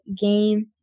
game